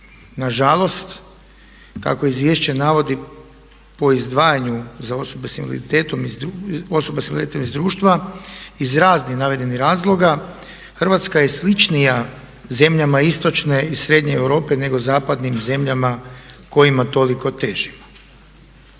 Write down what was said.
Nažalost kako izvješće navodi po izdvajanju za osobe s invaliditetom iz društva iz raznih navedenih razloga Hrvatska je sličnija zemljama istočne i srednje Europe nego zapadnim zemljama kojima toliko teži.